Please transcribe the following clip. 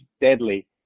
deadly